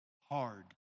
hard